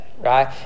right